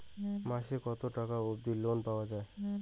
মাসে কত টাকা অবধি লোন পাওয়া য়ায়?